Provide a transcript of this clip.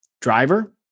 driver